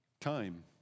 time